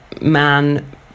man